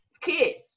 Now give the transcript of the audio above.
kids